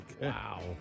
Wow